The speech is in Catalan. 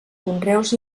conreus